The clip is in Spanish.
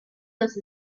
los